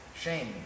shame